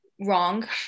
wrong